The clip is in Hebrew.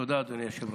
תודה, אדוני היושב-ראש.